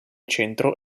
centro